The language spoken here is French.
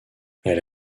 elle